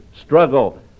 struggle